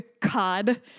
Cod